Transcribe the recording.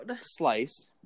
slice